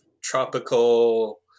tropical